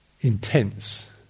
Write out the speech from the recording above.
intense